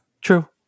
True